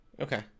Okay